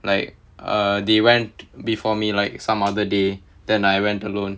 like uh they went before me like some other day then I went alone